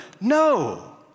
No